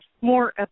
more